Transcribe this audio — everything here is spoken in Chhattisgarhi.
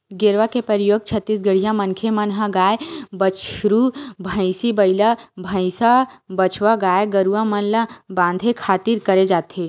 गेरवा के परियोग छत्तीसगढ़िया मनखे मन ह गाय, बछरू, भंइसी, बइला, भइसा, बछवा गाय गरुवा मन ल बांधे खातिर करे जाथे